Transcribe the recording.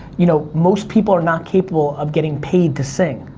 you know, most people are not capable of getting paid to sing,